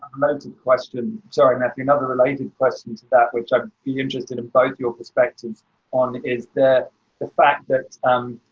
like and question. sorry, matthew. another related question to that which i'd be interested in both of your perspectives on is that the fact that, um,